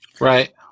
Right